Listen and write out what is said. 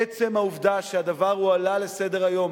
עצם העובדה שהדבר הועלה לסדר-היום,